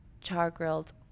char-grilled